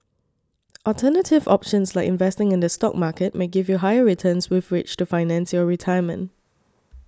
alternative options like investing in the stock market may give you higher returns with which to finance your retirement